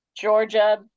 Georgia